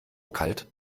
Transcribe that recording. kalt